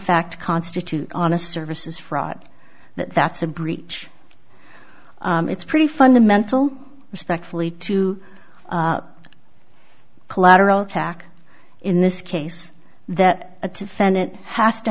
fact constitute honest services fraud that that's a breach it's pretty fundamental respectfully to collateral tack in this case that a defendant has to